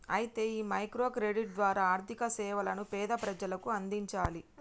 అయితే ఈ micro credit ద్వారా ఆర్థిక సేవలను పేద ప్రజలకు అందించాలి